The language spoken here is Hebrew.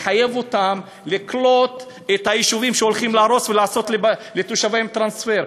לחייב אותם לקלוט את היישובים שהולכים להרוס ולעשות לתושביהם טרנספר,